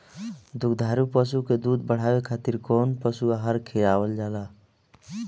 दुग्धारू पशु के दुध बढ़ावे खातिर कौन पशु आहार खिलावल जाले?